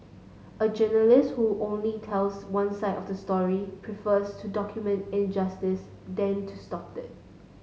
a journalist who only tells one side of the story prefers to document injustice than to stop it